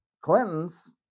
Clintons